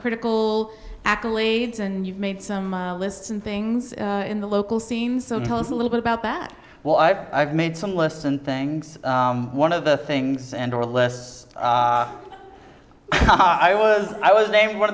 critical accolades and you've made some lists and things in the local scene so tell us a little bit about that well i've i've made some lists and things one of the things and or less i was i was named one